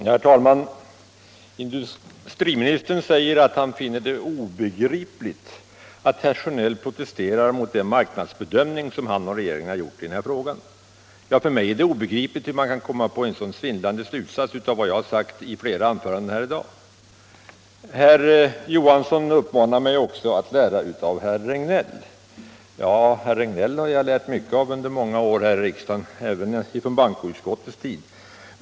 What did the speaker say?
Herr talman! Industriministern säger att han finner det obegripligt att jag protesterar mot den marknadsbedömning som han och regeringen har gjort i den här frågan. För mig är det obegripligt hur man kan komma till en sådan svindlande slutsats av vad jag har sagt i flera anföranden här i dag. Herr Johansson uppmanar mig också att lära av herr Regnéll. Ja, herr Regnéll har jag lärt mycket av under många år här i riksdagen, även på bankoutskottets tid.